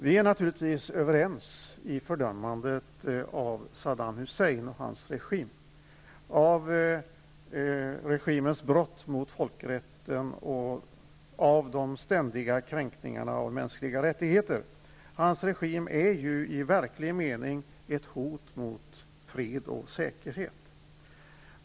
Vi är naturligtvis överens om fördömandet av Saddam Hussein och hans regim, av regimens brott mot folkrätten och de ständiga kränkningarna av mänskliga rättigheter. Saddam Husseins regim är ju i verklig mening ett hot mot fred och säkerhet.